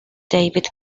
david